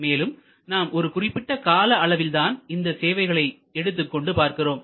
மேலும் நாம் ஒரு குறிப்பிட்ட கால அளவில் தான் இந்த சேவைகளை எடுத்துக்கொண்டு பார்க்கிறோம்